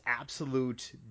absolute